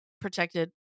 protected